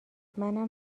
منم